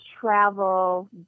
travel